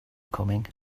coming